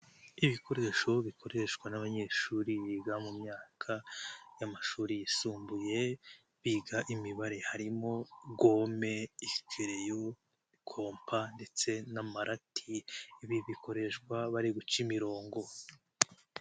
Ibikoresho bikoreshwa n'abanyeshuri biga mu myaka y'amashuri yisumbuye biga imibare harimo; gome, ikereyo, kompa ndetse n'amarati. Ibi bikoreshwa bari guca imirongo.